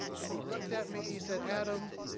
and he looked at me, he said, adam,